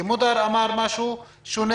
כי מודאר אמר משהו שונה